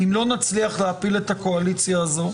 אם לא נצליח להפיל את הקואליציה הזו,